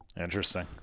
Interesting